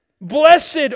Blessed